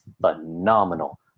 phenomenal